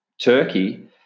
Turkey